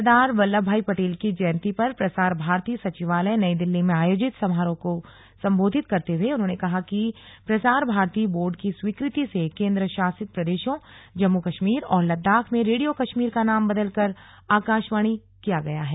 सरदार वल्लशभ भाई पटेल की जयंती पर प्रसार भारती सचिवालय नई दिल्ली में आयोजित समारोह को संबोधित करते हुए उन्होंने कहा कि प्रसार भारती बोर्ड की स्वीकृति से केन्द्र शासित प्रदेशों जम्मू कश्मीर और लद्दाख में रेडियो कश्मीर का नाम बदलकर आकाशवाणी किया गया है